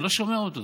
אני לא שומע אותו,